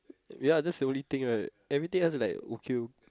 ya that's the only thing right everything else is like okay loh